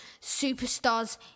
superstars